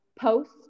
post